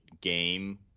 game